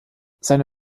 seine